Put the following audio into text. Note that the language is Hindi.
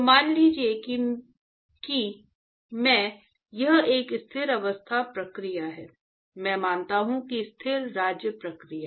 तो मान लीजिए कि मैं कि यह एक स्थिर अवस्था प्रक्रिया है मैं मानता हूं कि स्थिर राज्य प्रक्रिया